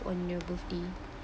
on your birthday